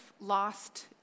lost